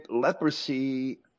leprosy